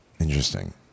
Interesting